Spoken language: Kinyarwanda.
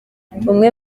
umwe